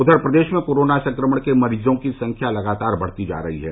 उधर प्रदेश में कोरोना संक्रमण के मरीजों की संख्या लगातार बढ़ती जा रही है